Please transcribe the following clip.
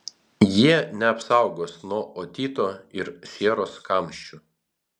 jie neapsaugos nuo otito ir sieros kamščių